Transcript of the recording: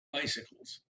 bicycles